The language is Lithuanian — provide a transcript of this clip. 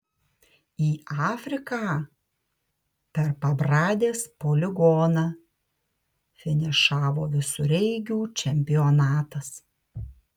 į afriką per pabradės poligoną finišavo visureigių čempionatas